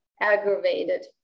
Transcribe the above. aggravated